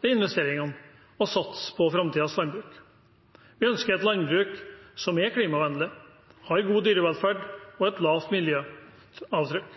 investeringene og satse på framtidens landbruk. Vi ønsker et landbruk som er klimavennlig, har god dyrevelferd og et lavt miljøavtrykk.